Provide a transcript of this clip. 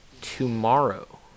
tomorrow